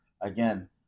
again